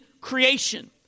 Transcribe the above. creation